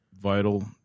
vital